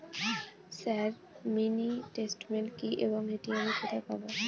Sir mini statement কি এবং এটি আমি কোথায় পাবো?